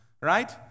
right